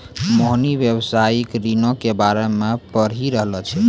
मोहिनी व्यवसायिक ऋणो के बारे मे पढ़ि रहलो छै